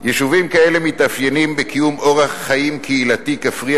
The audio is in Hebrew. יישובים כאלה מתאפיינים בקיום אורח חיים קהילתי כפרי,